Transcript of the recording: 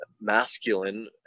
masculine